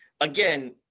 again